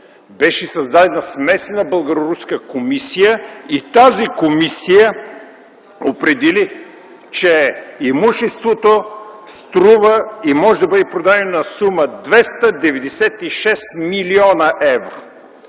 Беше създадена смесена българо-руска комисия и тя определи, че имуществото струва и може да бъде продадено на сума 296 млн. евро.